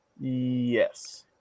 yes